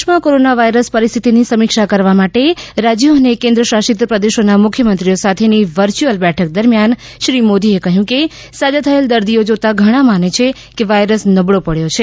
દેશમાં કોરોનાવાયરસ પરિસ્થિતિની સમીક્ષા કરવા માટે રાજ્યો અને કેન્દ્રશાસિત પ્રદેશોના મુખ્યમંત્રીઓ સાથેની વર્ચ્યુઅલ બેઠક દરમિથાન શ્રી મોદીએ કહ્યું કે સાજા થયેલ દર્દીઓ જોતા ઘણા માને છે કે વાયરસ નબળો પડ્યો છે